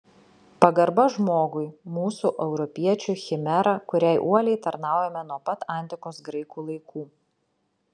pagarba žmogui mūsų europiečių chimera kuriai uoliai tarnaujame nuo pat antikos graikų laikų